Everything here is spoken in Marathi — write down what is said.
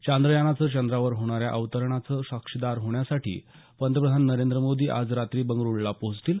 चांद्रयानाचं चंद्रावर होणाऱ्या अवतारणाचे साक्षीदार होण्यासाठी पंतप्रधान नरेंद्र मोदी आज रात्री बेंगळ्रूला पोहोचतील